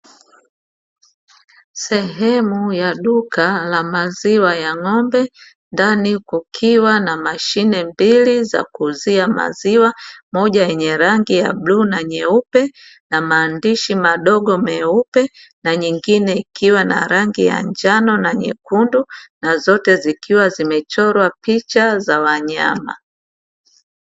Sehemu ya duka la maziwa ya ng'ombe, ndani kukiwa na mashine mbili za kuuzia maziwa, moja yenye rangi ya bluu na nyeupe na maandishi madogo meupe, na nyingine ikiwa na rangi ya njano na nyekundu, na zote zikiwa zimechorwa picha za wanyama.